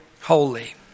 holy